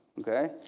Okay